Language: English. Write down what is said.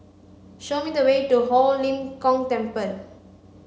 show me the way to Ho Lim Kong Temple